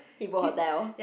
you book hotel